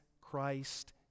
Christ